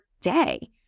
day